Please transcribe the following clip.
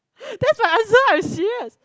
that's my answer I am serious